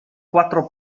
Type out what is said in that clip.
quattro